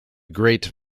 great